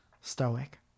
stoic